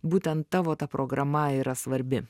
būtent tavo ta programa yra svarbi